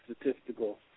statistical